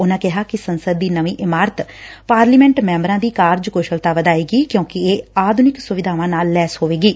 ਉਨਾ ਕਿਹਾ ਕਿ ਸੰਸਦ ਦੀ ਨਵੀ ਇਮਾਰਤ ਪਾਰਲੀਮੈਟ ਮੈਬਰਾ ਦੀ ਕਾਰਜ ਕੁਸ਼ਲਤਾ ਵਧਾਏਗੀ ਕਿਉਂਕਿ ਇਹ ਆਧੁਨਿਕ ਸੁਵਿਧਾਵਾਂ ਨਾਲ ਲੈਸ ਹੋਵੇਗੀ